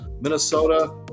Minnesota